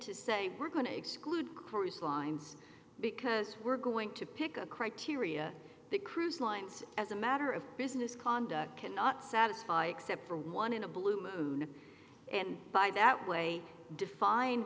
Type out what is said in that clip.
to say we're going to exclude cruise lines because we're going to pick a criteria the cruise lines as a matter of business conduct cannot satisfy except for one in a blue moon and by that way defined